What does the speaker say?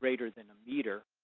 greater than a meter.